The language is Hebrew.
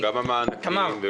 גם המענקים.